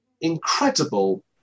incredible